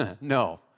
No